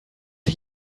ich